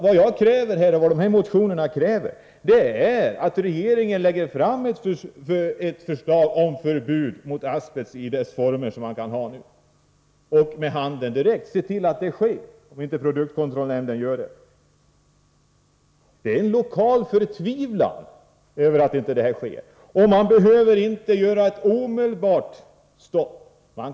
Vad jag kräver — och vad som krävs i motionerna — är att regeringen lägger fram ett förslag om förbud mot användningen av asbest och sätter stopp för handeln, om inte produktkontrollnämnden gör det. Det finns en lokal förtvivlan över att så inte sker. Man behöver inte införa ett omedelbart stopp.